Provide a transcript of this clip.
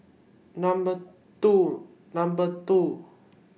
Number two Number two